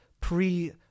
pre